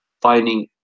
finding